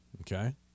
Okay